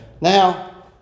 Now